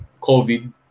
COVID